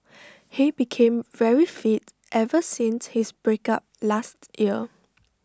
he became very fit ever since his breakup last year